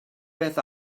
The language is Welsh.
beth